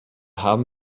haben